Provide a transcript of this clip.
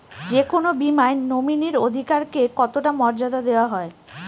যে কোনো বীমায় নমিনীর অধিকার কে কতটা মর্যাদা দেওয়া হয়?